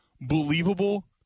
believable